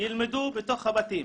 ילמדו בתוך הבתים